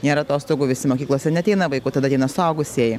nėra atostogų visi mokyklose neateina vaikų tada ateina suaugusieji